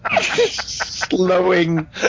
Slowing